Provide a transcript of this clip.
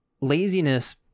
Laziness